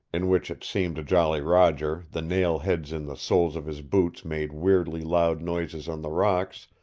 in which it seemed to jolly roger the nail-heads in the soles of his boots made weirdly loud noises on the rocks,